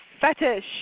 fetish